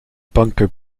bunker